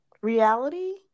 Reality